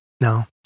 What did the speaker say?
No